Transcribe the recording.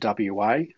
WA